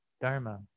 Dharma